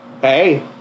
Hey